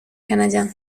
canadien